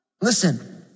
Listen